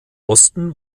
osten